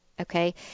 Okay